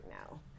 now